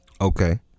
Okay